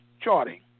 charting